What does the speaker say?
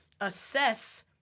assess